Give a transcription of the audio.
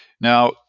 Now